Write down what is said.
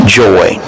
joy